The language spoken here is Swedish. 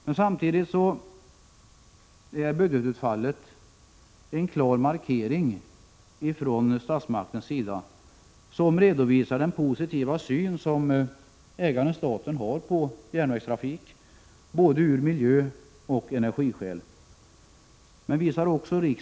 Men samtidigt är budgetutfallet en klar markering från statsmaktens sida som visar den positiva syn som ägaren staten har på järnvägstrafik, från både miljöoch energisynpunkt.